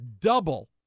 double